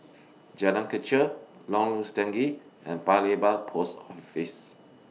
Jalan Kechil Lorong Stangee and Paya Lebar Post Office